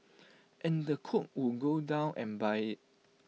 and the cook would go down and buy IT